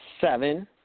seven